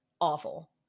awful